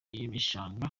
mishanga